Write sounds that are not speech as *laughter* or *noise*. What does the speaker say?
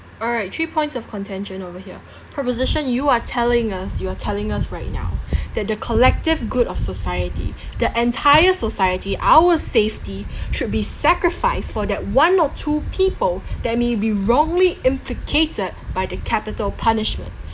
alright three points of contention over here *breath* proposition you are telling us you are telling us right now *breath* that the collective good of society the entire society our safety *breath* should be sacrificed for that one or two people that may be wrongly implicated by the capital punishment *breath*